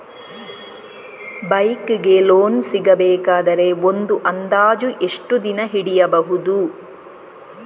Bike ಗೆ loan ಸಿಗಬೇಕಾದರೆ ಒಂದು ಅಂದಾಜು ಎಷ್ಟು ದಿನ ಹಿಡಿಯಬಹುದು?